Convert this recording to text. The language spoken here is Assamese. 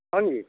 হয় নেকি